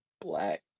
Black